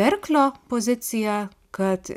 berklio poziciją kad